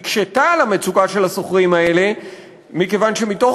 הממשלה הקשתה על המצוקה של השוכרים האלה מכיוון שמתוך